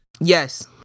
Yes